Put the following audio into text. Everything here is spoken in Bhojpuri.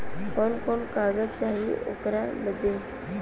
कवन कवन कागज चाही ओकर बदे?